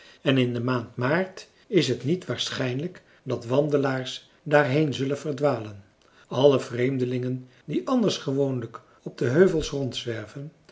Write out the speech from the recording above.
en in de maand maart is het niet waarschijnlijk dat wandelaars daarheen zullen verdwalen alle vreemdelingen die anders gewoonlijk op de heuvels